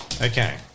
Okay